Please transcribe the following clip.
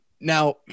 Now